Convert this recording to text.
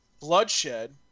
bloodshed